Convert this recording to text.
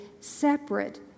separate